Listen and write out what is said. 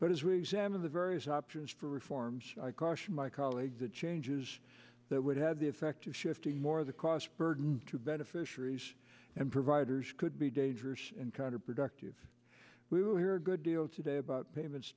but as we examine the various options for reforms i caution my colleague the changes that would have the effect of shifting more of the cost burden to beneficiaries and providers could be dangerous and counterproductive we will hear a good deal today about payments